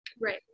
Right